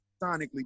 sonically